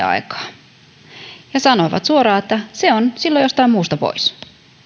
aikaan ja he sanoivat suoraan että se on silloin jostain muusta pois